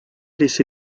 laissé